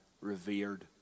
revered